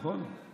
נכון?